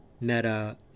Meta